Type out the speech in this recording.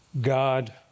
God